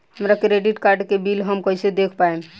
हमरा credit card के bill हम कइसे देख पाएम?